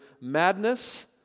madness